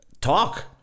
talk